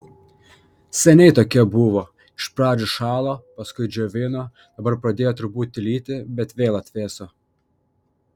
seniai tokie buvo iš pradžių šalo paskui džiovino dabar pradėjo truputį lyti bet vėl atvėso